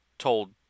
told